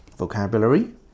Vocabulary